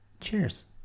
cheers